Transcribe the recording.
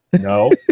no